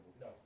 No